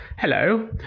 Hello